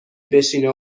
بشینه